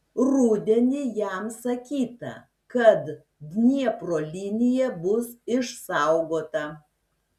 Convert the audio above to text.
rudenį jam sakyta kad dniepro linija bus išsaugota